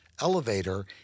elevator